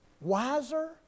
wiser